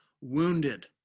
wounded